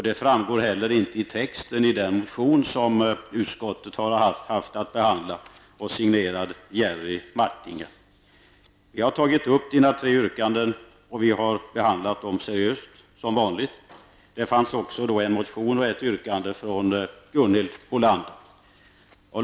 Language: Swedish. Detsamma gäller av texten i den motion signerad Jerry Martinger som utskottet har haft att behandla. Vi har tagit upp Jerry Martingers tre yrkanden och som vanligt behandlat dem seriöst. Det fanns även en motion med ett yrkande från Gunhild Bolander.